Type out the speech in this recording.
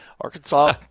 Arkansas